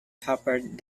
tapered